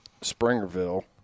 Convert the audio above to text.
Springerville